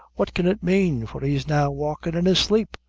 what can it mane? for he's now walkin' in his sleep?